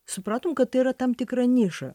supratom kad tai yra tam tikra niša